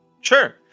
Sure